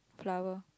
flower